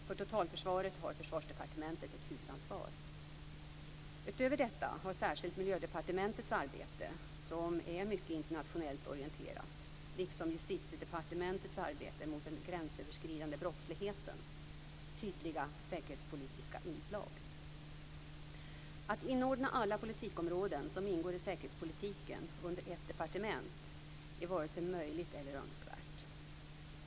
För totalförsvaret har Försvarsdepartementet ett huvudansvar. Utöver detta har särskilt Miljödepartementets arbete, som är mycket internationellt orienterat, liksom Justitiedepartementets arbete mot den gränsöverskridande brottsligheten tydliga säkerhetspolitiska inslag. Att inordna alla politikområden som ingår i säkerhetspolitiken under ett departement är inte vare sig möjligt eller önskvärt.